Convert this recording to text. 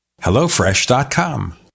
HelloFresh.com